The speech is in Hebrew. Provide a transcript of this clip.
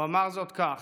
הוא אמר זאת כך: